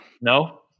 No